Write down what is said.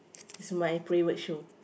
is my favorite show